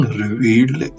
revealed